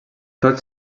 tot